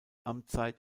amtszeit